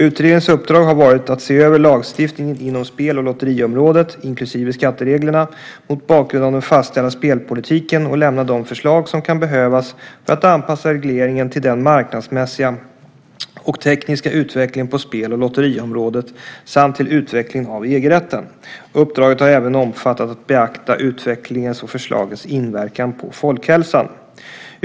Utredningens uppdrag har varit att se över lagstiftningen inom spel och lotteriområdet, inklusive skattereglerna, mot bakgrund av den fastställda spelpolitiken och lämna de förslag som kan behövas för att anpassa regleringen till den marknadsmässiga och tekniska utvecklingen på spel och lotteriområdet samt till utvecklingen av EG-rätten. Uppdraget har även omfattat att beakta utvecklingens och förslagens inverkan på folkhälsan.